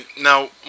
Now